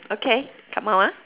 okay come out ah